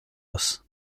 house